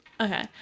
Okay